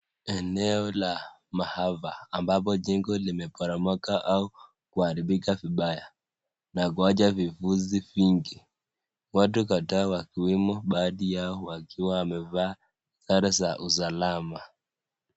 Eneo la mahafa ambopo chengo limeboromoka au kuaribika vibaya na kuaja vifuzi mingi , watu kadhaa kuwemo bahadhi yao wakiwa wamevaa sare za usalama